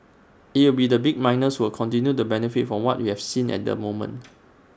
IT will be the big miners who will continue to benefit from what we have seen at the moment